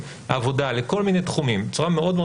לעבודה לכל מיני תחומים בצורה מאוד מאוד